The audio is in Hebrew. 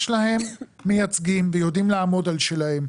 להם מייצגים והם יודעים לעמוד על שלהם.